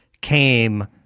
came